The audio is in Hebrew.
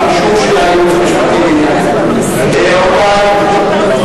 מי נגד?